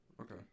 Okay